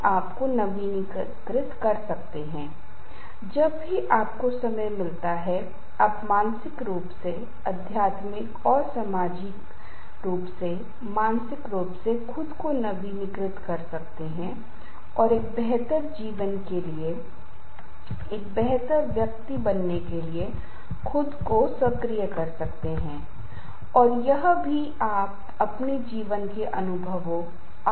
तब आप तनाव को प्रबंधित करने में सक्षम हो सकते हैं और तनाव को प्रबंधित करने के लिए बहुत ही सरल विचार हैं जैसे कि गहरी सांस लेने का अभ्यास करें डीप ब्रीदिंग Deep Breathing व्यायाम एक्सरसाइज Exercises पर्याप्त नींद लें सकारात्मक सोचें समय को बुद्धिमानी से प्रबंधित करें अपने जीवन को सरल बनाएं संगठित हों अपने आप के लिए समय निकालें